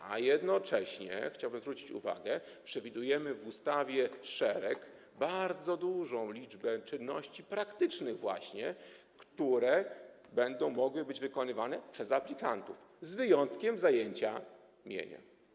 A jednocześnie chciałbym zwrócić uwagę, że przewidujemy w ustawie szereg, bardzo dużą liczbę czynności praktycznych, które będą mogły być wykonywane przez aplikantów, ale z wyjątkiem zajęcia mienia.